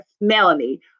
Melanie